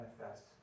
manifest